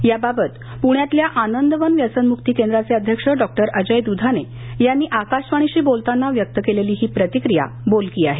या बाबत पुण्यातल्या आनंदवन व्यसनमुकी केंद्रापे अध्यक्ष डॉक्टर अजय दुधाने यांनी आकाशवाणीशी बोलताना व्यक्त केलेली ही प्रतिक्रिया बोलकी आहे